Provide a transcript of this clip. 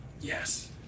yes